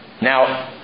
Now